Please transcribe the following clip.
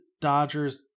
Dodgers